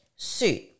Suit